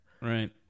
right